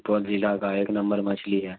سپول ضلع کا ایک نمبر مچھلی ہے